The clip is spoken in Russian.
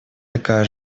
такая